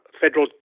federal